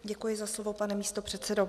Děkuji za slovo, pane místopředsedo.